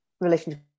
relationship